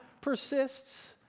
persists